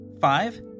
Five